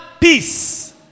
peace